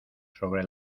sobre